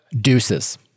Deuces